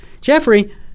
Jeffrey